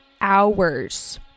hours